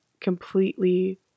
completely